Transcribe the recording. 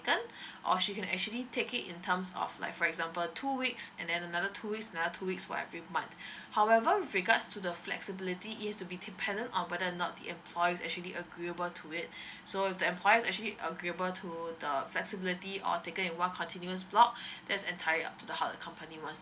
or she can actually take it in terms of like for example two weeks and then another two weeks another two weeks for every month however with regards to the flexibility is to be dependent on whether not the employer actually agreeable to it so if the employer is actually agreeable to the flexibility of taking in one continuous block there's entirely up to her company